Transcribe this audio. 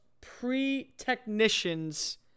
pre-technicians